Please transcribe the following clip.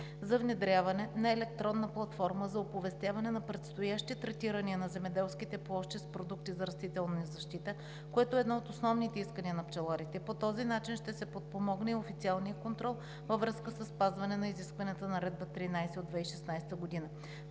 за внедряване на електронна платформа за оповестяване на предстоящи третирания на земеделските площи с продукти за растителна защита, което е едно от основните искания на пчеларите. По този начин ще се подпомогне и официалният контрол във връзка със спазване изискванията на Наредба 13 от 2016 г.